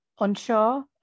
unsure